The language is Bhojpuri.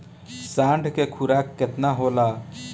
साँढ़ के खुराक केतना होला?